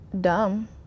dumb